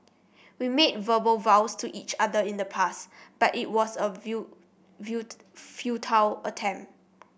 we made verbal vows to each other in the past but it was a will wield futile attempt